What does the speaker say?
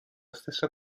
stessa